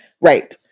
Right